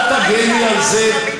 אל תגני על זה.